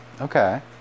Okay